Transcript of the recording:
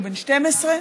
בן 12,